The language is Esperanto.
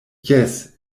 jes